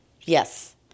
Yes